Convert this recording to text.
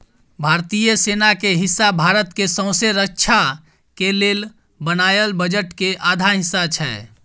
भारतीय सेना के हिस्सा भारत के सौँसे रक्षा के लेल बनायल बजट के आधा हिस्सा छै